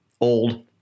old